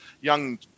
young